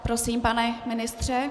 Prosím, pane ministře?